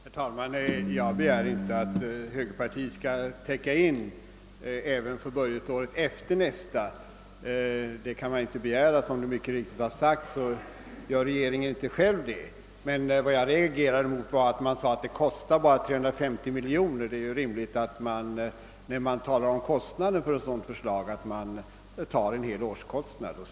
Herr talman! Jag begär inte att högerpartiet skall täcka in riksstaten även för det budgetår som följer efter det nästkommande. Det är en orimlig begäran, och det har mycket riktigt påpekats att inte heller regeringen själv kan göra det. Men vad jag reagerade emot var att man sade att kostnaden bara skulle bli 350 miljoner kronor. Det är rimligt att man när man talar om kostanden för ett förslag av denna art anger årskostnaden.